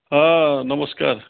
ହଁ ନମସ୍କାର